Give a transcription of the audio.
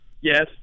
yes